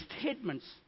statements